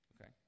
Okay